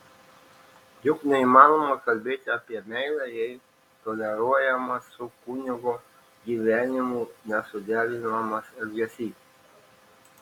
juk neįmanoma kalbėti apie meilę jei toleruojamas su kunigo gyvenimu nesuderinamas elgesys